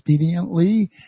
expediently